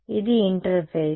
కాబట్టి ఇది ఇంటర్ఫేస్